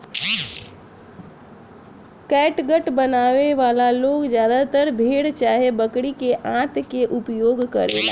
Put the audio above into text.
catgut बनावे वाला लोग ज्यादातर भेड़ चाहे बकरी के आंत के उपयोग करेले